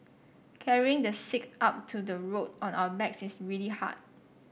carrying the sick up to the road on our backs is really hard